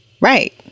right